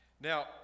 Now